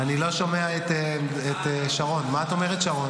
--- שאלתי, אדוני השר, איזה עניין יש?